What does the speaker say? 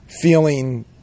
feeling